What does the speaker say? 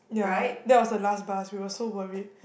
yeah that was the last bus we were so worried